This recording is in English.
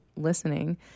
listening